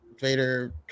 vader